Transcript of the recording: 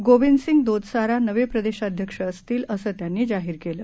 गोविंद सिंग दोतसारा नवे प्रदेशाध्यक्ष असतील असं त्यांनी जाहीर केलं